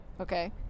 okay